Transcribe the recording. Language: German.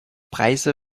preise